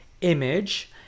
image